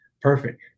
Perfect